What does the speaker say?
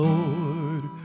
Lord